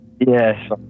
Yes